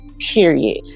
period